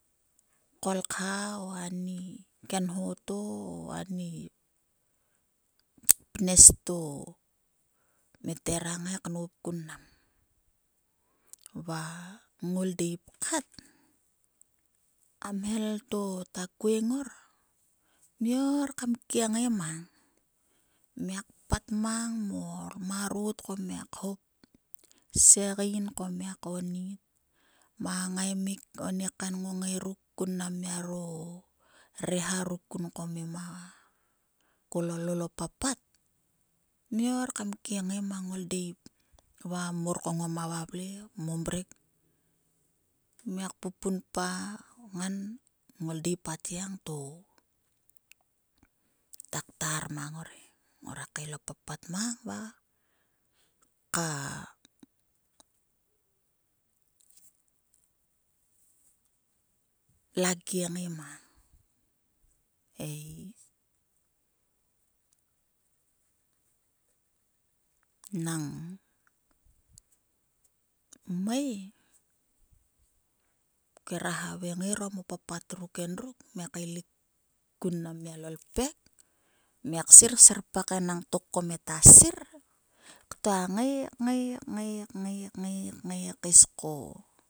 Kolkha o ani kenho o ani pnes to me thera ngai knop kun mnam. Va ngoldeip kat a mhel to ta kueng ngor mia or kam kiengai mang. Miak pat mang mo marot ko miak hop. se gain ko miak konnit. Mang a ngaimik oni kaain ngongai. Miaro reha ruk kun ko mema lol o papat mia or kam kiengai mang ngoldeip va mor ko ngoma vavle mo mrek. Miak pupun pa ngan ngoldeip atgiang to ta ktar mang ngor he ngruak kael o papat mang va ka la lienage mang ei khera havaing ngai orom o papat ruk endruk. Miak kaelik kun mnam mia lo ipak. miak sir serpak tok enangtok ko miak ktua sir knga. ngai. ngai ngai kais ko